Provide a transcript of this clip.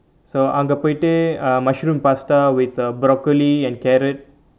so எங்கே போய்ட்டு:angae poyitu ah mushroom pasta with broccoli and carrot